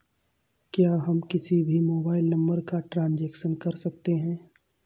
क्या हम किसी भी मोबाइल नंबर का ट्रांजेक्शन कर सकते हैं?